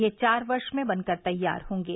यह चार वर्ष में बनकर तैयार होंगे